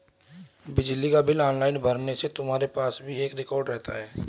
बिजली का bill online भरने से तुम्हारे पास भी एक रिकॉर्ड रहता है